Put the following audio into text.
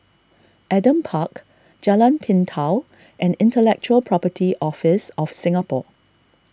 Adam Park Jalan Pintau and Intellectual Property Office of Singapore